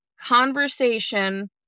conversation